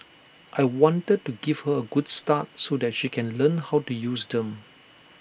I wanted to give her A good start so that she can learn how to use them